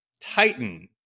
Titan